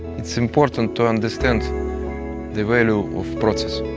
it's important to understand the value of process.